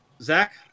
Zach